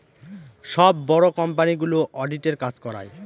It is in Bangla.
সব বড়ো কোম্পানিগুলো অডিটের কাজ করায়